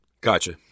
Gotcha